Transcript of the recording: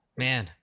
man